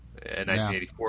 1984